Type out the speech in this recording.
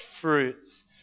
fruits